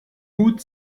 hut